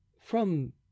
From